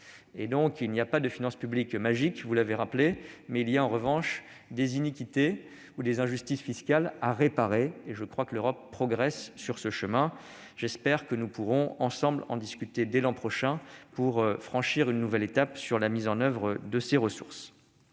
Il n'y a pas de finances publiques magiques, vous l'avez rappelé, mais il y a en revanche des iniquités ou des injustices fiscales à réparer. L'Europe progresse sur ce chemin. J'espère que nous pourrons en discuter dès l'an prochain pour franchir une nouvelle étape sur la mise en oeuvre de ces ressources.